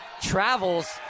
travels